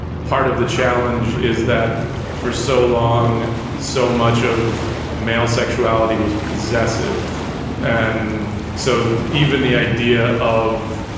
part of the challenge is that for so long so much of male sexuality was possessive and so even the idea of